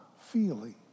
feeling